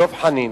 דב חנין,